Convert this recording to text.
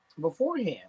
Beforehand